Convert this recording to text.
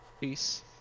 Peace